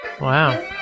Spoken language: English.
wow